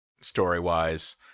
story-wise